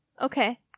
Okay